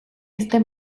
este